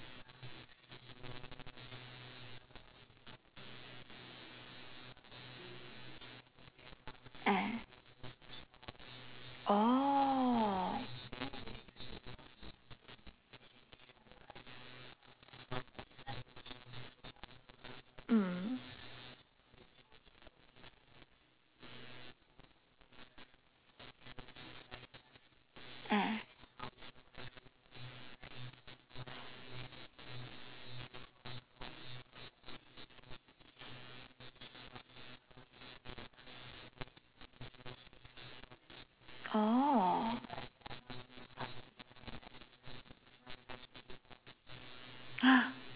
ah oh mm ah oh !huh!